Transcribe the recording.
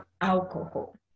alcohol